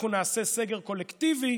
אנחנו נעשה סגר קולקטיבי,